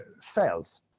cells